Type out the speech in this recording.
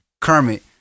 Kermit